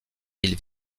ils